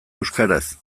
euskaraz